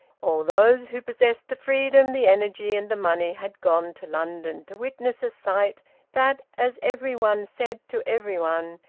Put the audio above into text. all those who possessed the freedom, the energy, and the money had gone to london to witness a sight that, as every one said to every one,